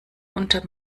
unter